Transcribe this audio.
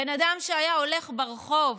בן אדם שהיה הולך ברחוב